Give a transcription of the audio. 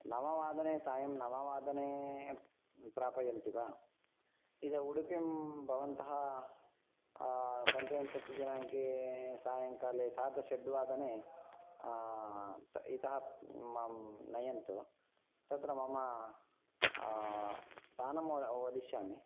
नववादने सायं नववादने प्रापयन्ति वा उडुपिं भवन्तः पञ्चविंशति दिनाङ्के सायङ्काले सार्धषड्वादने इतः मां नयन्तु तत्र मम स्थानं वदिष्यामि